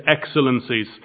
excellencies